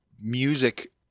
music